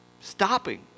stopping